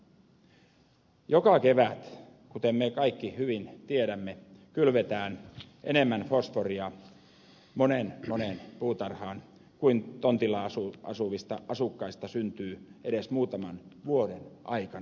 joka kevät kuten me kaikki hyvin tiedämme kylvetään fosforia moneen moneen puutarhaan enemmän kuin tontilla asuvista asukkaista syntyy edes muutaman vuoden aikana yhteensä